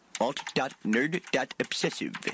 alt.nerd.obsessive